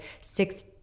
six